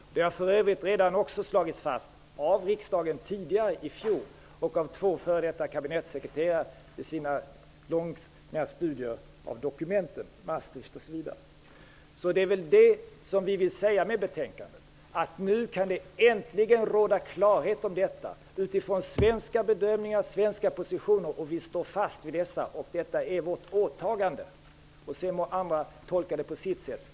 Detta har för övrigt också slagits fast av riksdagen i fjol och av två f.d. kabinettssekreterare i deras studier av dokumenten från Maastricht osv. Det som vi vill säga med betänkandet är att det nu äntligen kan råda klarhet om detta enligt svenska bedömningar och utifrån svenska positioner, som vi står fast vid. Detta är vårt åtagande -- sedan må andra tolka det på sitt sätt.